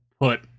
put